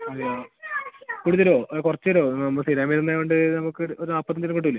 അതെയോ കൂടുതലോ കൊറച്ചേരോ നമ്മൾ സ്ഥിരം വരുന്നത് കൊണ്ട് നമ്മൾക്ക് ഒരു നാൽപ്പത്തി അഞ്ചിന് കിട്ടൂലേ